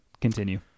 Continue